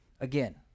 again